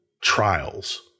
trials